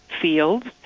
fields